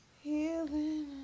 healing